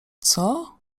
coo